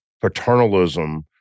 paternalism